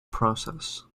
process